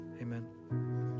Amen